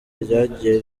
ryagiye